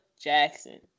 Jackson